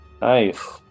Nice